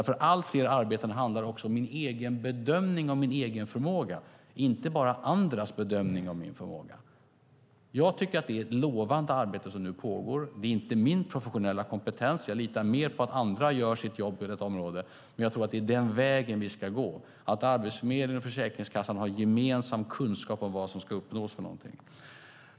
För allt fler arbetande handlar det nämligen också om en egen bedömning av den egna förmågan, inte bara andras bedömning av ens förmåga. Jag tycker att det är ett lovande arbete som nu pågår. Det är inte min professionella kompetens - jag litar mer på att andra gör sitt jobb på detta område - men jag tror att det är den vägen vi ska gå. Det handlar om att Arbetsförmedlingen och Försäkringskassan har gemensam kunskap om vad som ska uppnås.